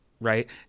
right